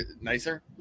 nicer